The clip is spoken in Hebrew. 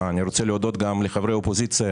אני רוצה להודות גם לחברי האופוזיציה